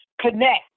connect